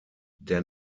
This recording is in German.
der